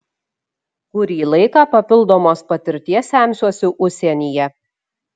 kurį laiką papildomos patirties semsiuosi užsienyje